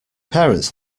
parents